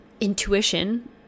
intuition